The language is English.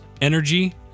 energy